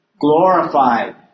glorified